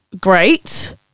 Great